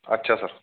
अच्छा सर